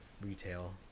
retail